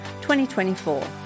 2024